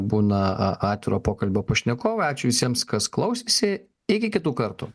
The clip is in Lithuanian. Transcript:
būna atviro pokalbio pašnekovai ačiū visiems kas klausėsi iki kitų kartų